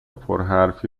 پرحرفی